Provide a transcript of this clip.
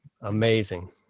amazing